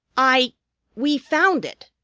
i we found it!